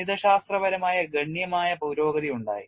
ഗണിതശാസ്ത്രപരമായ ഗണ്യമായ പുരോഗതി ഉണ്ടായി